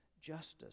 justice